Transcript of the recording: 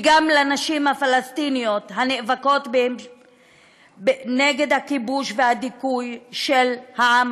וגם לנשים הפלסטיניות הנאבקות נגד הכיבוש והדיכוי של העם